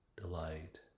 delight